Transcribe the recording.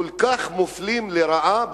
כל כך מופלים לרעה,